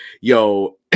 yo